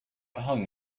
hung